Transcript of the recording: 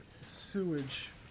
sewage